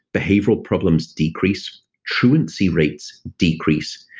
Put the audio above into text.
behavioral problems decrease, truancy rates decrease.